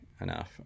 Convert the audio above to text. enough